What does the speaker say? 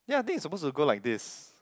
ya thing supposed to go like this